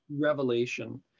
revelation